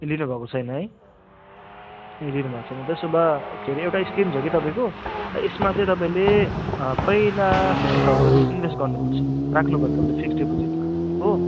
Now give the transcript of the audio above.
ए लिनुभएको छैन है ए लिनुभएको छैन त्यसो भए के अरे एउटा स्किम छ कि तपाईँको यसमा चाहिँ तपाईँले पहिला फिफ्टी थाउजन्ड इन्भेस्ट गर्नुपर्छ राख्नुभयो तपाईँले फिक्स्ड डिपोजिटमा हो